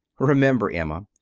remember, emma,